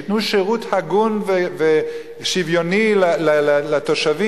ייתנו שירות הגון ושוויוני לתושבים.